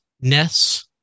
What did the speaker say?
Ness